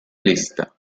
lista